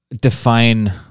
define